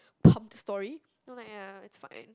pump the story no like yeah it's fine